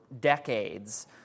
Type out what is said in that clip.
decades